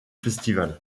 festivals